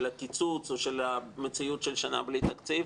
קיצוץ או של מציאות של שנה בלי תקציב,